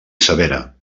severa